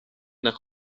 nach